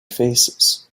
faces